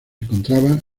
encontraba